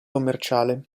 commerciale